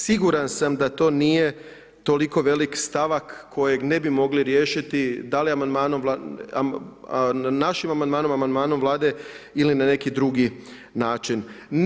Siguran sam da to nije toliko velik stavak kojeg ne bi mogli riješiti da li našim amandmanom, amandmanom Vlade ili na neki drugi način.